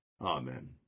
Amen